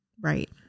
Right